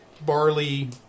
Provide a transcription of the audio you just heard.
barley